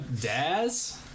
Daz